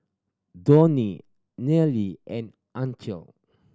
Donie Nealy and Ancel